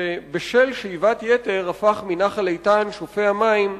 שבשל שאיבת יתר הפך מנחל איתן שופע מים,